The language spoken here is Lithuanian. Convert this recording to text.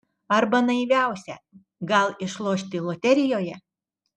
arba naiviausia gal išlošti loterijoje